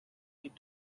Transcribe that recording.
kit